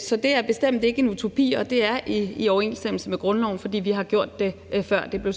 Så det er bestemt ikke en utopi, og det er i overensstemmelse med grundloven, for vi har gjort det før.